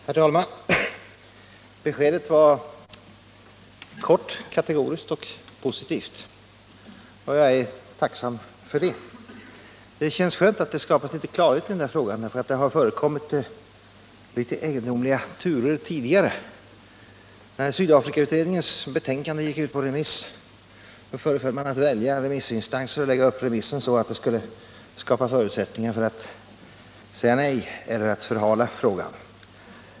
Herr talman! Beskedet var kort, kategoriskt och positivt. Jag är tacksam för det. Det känns skönt att det har skapats klarhet i denna fråga, eftersom det har förekommit litet egendomliga turer tidigare. När Sydafrikautredningens betänkande gick ut på remiss föreföll man att välja remissinstanser och lägga upp remissen så att det skulle skapas förutsättningar för att säga nej eller förhala frågan.